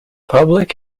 public